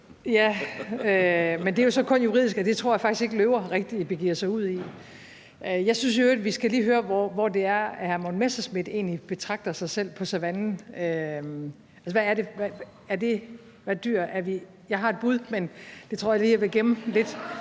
Ja, men det er jo så kun juridisk, og det tror jeg faktisk ikke rigtig løver begiver sig ud i. Jeg synes i øvrigt lige, vi skal høre, hvor hr. Morten Messerschmidt egentlig ser sig selv på savannen, altså som hvilket dyr. Jeg har et bud, men det tror jeg lige jeg vil gemme lidt,